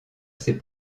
ses